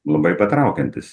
labai patraukiantis